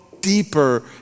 deeper